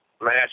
match